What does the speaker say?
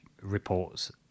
reports